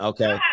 Okay